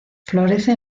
florece